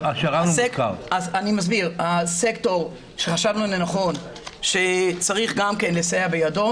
אני מסביר: הסקטור שחשבנו לנכון שצריך גם כן לסייע בידו